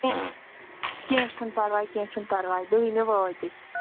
کیٚنٛہہ کیٚنٛہہ چھُنہٕ پَرواے کیٚنٛہہ چھُنہٕ پَرواے دٔہِمہِ وٲتۍ أسۍ